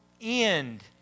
end